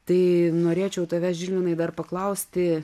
tai norėčiau tavęs žilvinai dar paklausti